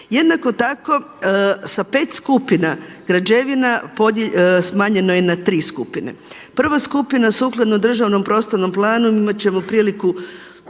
Jednako tako sa 5 skupina građevina smanjeno je na 3 skupine. Prva skupina sukladno državnom prostornom planu imat ćemo priliku